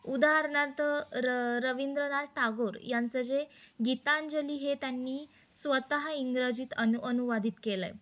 उदाहरणार्थ र रवींद्रनाथ टागोर यांचं जे गीताांजली हे त्यांनी स्वतः इंग्रजीत अनु अनुवादित केलंय